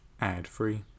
ad-free